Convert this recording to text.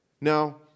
Now